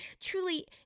truly